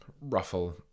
Ruffle